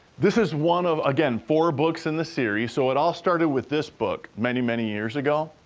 this is one of, again, four books in the series, so it all started with this book many, many years ago.